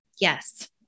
Yes